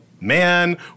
man